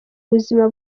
buzima